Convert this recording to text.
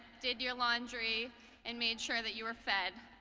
did your laundry and made sure that you were fed.